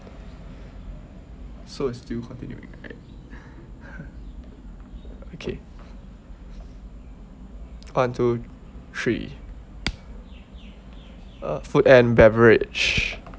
so it's still continuing right okay one two three uh food and beverage